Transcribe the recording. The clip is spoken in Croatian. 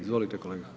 Izvolite kolega.